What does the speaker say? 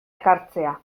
ekartzea